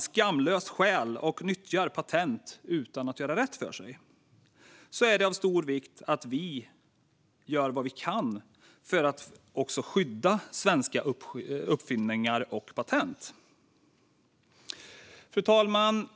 skamlöst stjäl och nyttjar patent utan att göra rätt för sig är det dock av stor vikt att vi gör vad vi kan för att skydda svenska uppfinningar och patent. Fru talman!